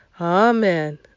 Amen